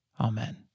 amen